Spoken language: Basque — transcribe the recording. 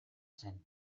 zen